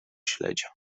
śledzia